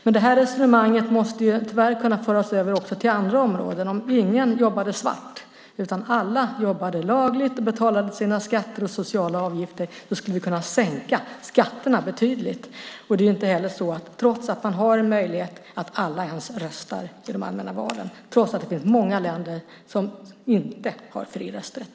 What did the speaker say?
Men det här resonemanget måste ju tyvärr kunna föras över också till andra områden. Om ingen jobbade svart utan alla jobbade lagligt och betalade sina skatter och sociala avgifter skulle vi kunna sänka skatterna betydligt. Det är ju inte heller så, fastän alla har möjlighet, att alla ens röstar i de allmänna valen, trots att det finns många länder som inte har fri rösträtt.